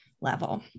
level